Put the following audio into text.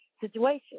situation